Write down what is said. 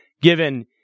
given